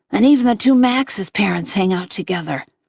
and even the two maxes' parents hang out together.